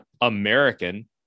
American